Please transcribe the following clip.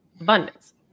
Abundance